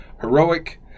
heroic